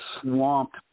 swamped